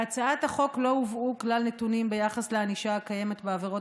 בהצעת החוק לא הובאו כלל נתונים ביחס לענישה הקיימת בעבירות